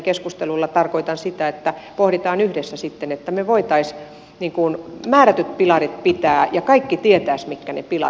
keskustelulla tarkoitan sitä että pohditaan yhdessä sitten että me voisimme määrätyt pilarit pitää ja kaikki tietäisivät mitkä ne pilarit ovat